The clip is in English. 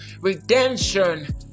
redemption